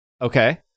Okay